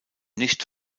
nicht